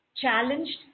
challenged